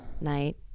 night